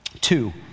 Two